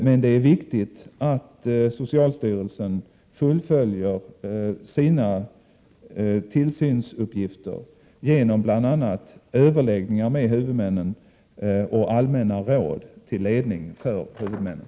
Men det är viktigt att socialstyrelsen fullgör sina tillsynsuppgifter genom bl.a. överläggningar med huvudmännen och allmänna råd till ledning för huvudmännen.